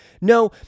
No